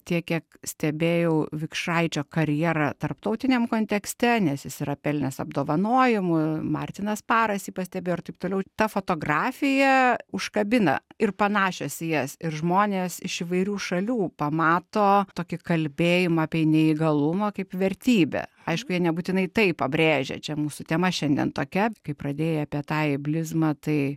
tiek kiek stebėjau vikšraičio karjerą tarptautiniam kontekste nes jis yra pelnęs apdovanojimų martinas paras jį pastebėjo ir taip toliau ta fotografija užkabina ir panašios į jas ir žmonės iš įvairių šalių pamato tokį kalbėjimą apie neįgalumą kaip vertybę aišku jie nebūtinai tai pabrėžia čia mūsų tema šiandien tokia kai pradėjai apie eiblizmą tai